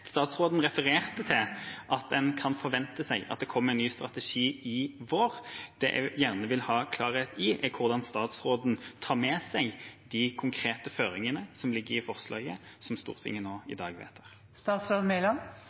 Statsråden refererte til at en kan forvente seg at det kommer en ny strategi i vår. Det jeg gjerne vil ha klarhet i, er hvordan statsråden tar med seg de konkrete føringene som ligger i forslaget som Stortinget nå i